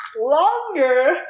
Longer